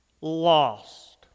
Lost